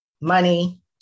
money